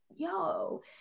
yo